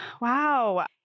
wow